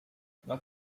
not